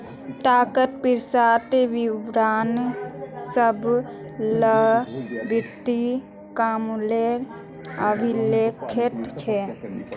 ताका पिसार विवरण सब ला वित्तिय कामेर अभिलेख छे